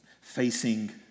facing